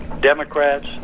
democrats